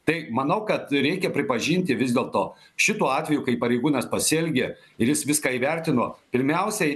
tai manau kad reikia pripažinti vis dėlto šituo atveju kai pareigūnas pasielgė ir jis viską įvertino pirmiausiai